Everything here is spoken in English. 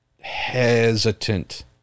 hesitant